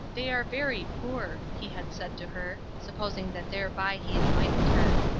they are very poor, he had said to her, supposing that thereby he enlightened her.